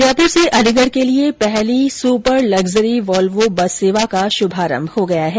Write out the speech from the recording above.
जयपुर से अलीगढ़ के लिए पहली सुपर लग्जरी वॉल्वो बस सेवा का शुभारम्भ हो गया है